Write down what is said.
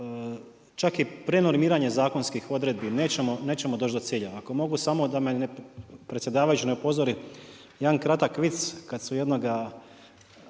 čak i prenormiranje zakonskih odredbi nećemo doći do cilja. Ako mogu samo da me predsjedavajući ne upozori jedan kratak vic kad su jednoga,